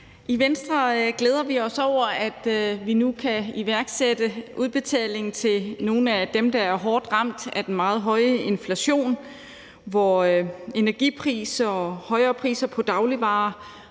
I Venstre glæder vi os over, at vi nu kan iværksætte udbetaling til nogle af dem, der er hårdt ramt af den meget høje inflation, og som er påvirket af energipriserne og højere priser på dagligvarer.